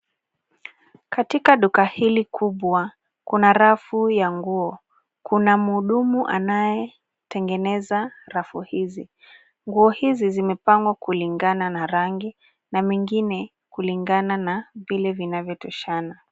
Katika duka hili kubwa kuna rafu ya nguo. Kuna mhudumu anayetengeneza rafu hizi. Nguo hizi zimepangwa kulingana na rangi na mengine kulingana na vile vinavyotoshana.